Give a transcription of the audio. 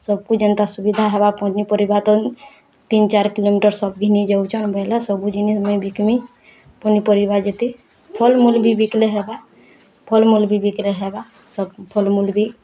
ସବ୍କୁ ଯେନ୍ତା ସୁବିଧା ହେବା ପନିପରିବା ତିନିଚାରି କିଲୋମିଟର୍ ସପ୍ ବି ନେଇ ଯାଉଛନ୍ ବୋଲେ ସବୁଜିନିଷ୍ ମୁଇଁ ବିକିମି ପନିପରିବା ଯେତେ ଫଲ୍ ମୂଲ୍ ବି ବିକିଲେ ହେବା ଫଲ୍ ମୂଲ୍ ବି ବିକିଲେ ହେବା ସବ୍ ଫଲ୍ ମୂଲ୍ ବି